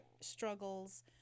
struggles